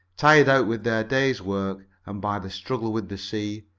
tired out with their day's work, and by the struggle with the sea,